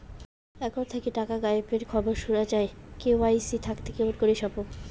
Account থাকি টাকা গায়েব এর খবর সুনা যায় কে.ওয়াই.সি থাকিতে কেমন করি সম্ভব?